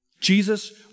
Jesus